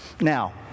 Now